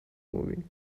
movie